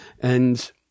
and-